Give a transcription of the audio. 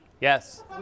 Yes